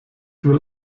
will